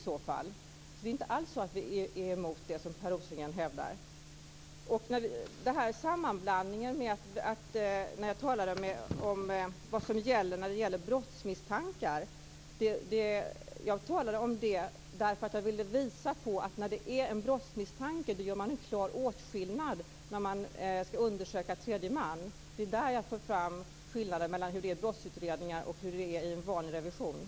Det är inte alls så att vi är emot tredjemansrevision, som Per Rosengren hävdar. Jag talade om vad som gäller när det finns brottsmisstankar. Jag talade om det därför att jag ville visa att man gör en klar åtskillnad om det finns brottsmisstankar när man skall undersöka tredje man. Jag för fram skillnaden mellan brottsutredningar och vanliga revisioner.